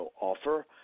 offer